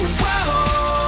whoa